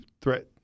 threat